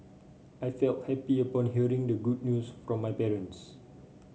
I felt happy upon hearing the good news from my parents